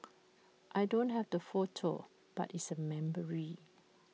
I don't have the photo but it's A memory